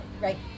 right